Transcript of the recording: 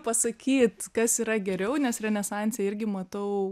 pasakyt kas yra geriau nes renesanse irgi matau